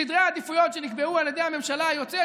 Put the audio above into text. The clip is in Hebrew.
סדרי העדיפויות שנקבעו על ידי הממשלה היוצאת